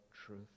Truth